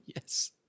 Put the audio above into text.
Yes